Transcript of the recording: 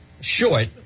short